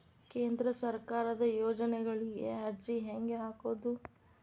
ಕೇಂದ್ರ ಸರ್ಕಾರದ ಯೋಜನೆಗಳಿಗೆ ಅರ್ಜಿ ಹೆಂಗೆ ಹಾಕೋದು?